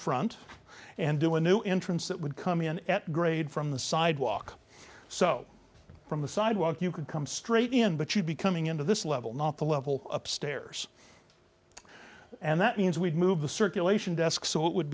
front and do a new entrance that would come in at grade from the sidewalk so from the sidewalk you could come straight in but you'd be coming into this level not the level upstairs and that means we've moved the circulation desk so it would